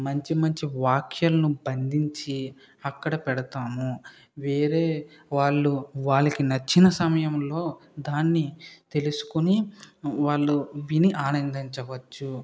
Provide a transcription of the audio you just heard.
మంచి మంచి వాక్యాలను బంధించి అక్కడ పెడతాము వేరే వాళ్ళు వాళ్ళకి నచ్చిన సమయంలో దాన్ని తెలుసుకుని వాళ్ళు విని ఆనందించవచ్చు